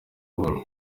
buhoro